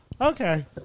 okay